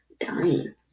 dying